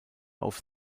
auf